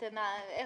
אולי